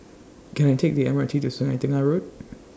Can I Take The M R T to Sungei Tengah Road